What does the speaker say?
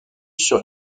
sur